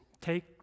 Take